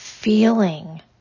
Feeling